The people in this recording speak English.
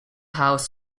house